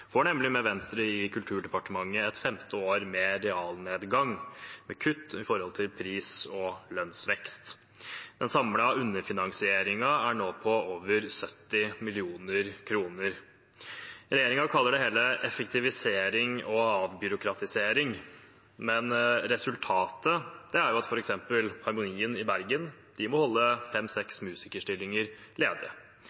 får nemlig med Venstre i Kulturdepartementet et femte år med realnedgang, med kutt i forhold til pris- og lønnsvekst. Den samlede underfinansieringen er nå på over 70 mill. kr. Regjeringen kaller det hele effektivisering og avbyråkratisering, men resultatet er at f.eks. Harmonien i Bergen må holde